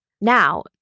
Now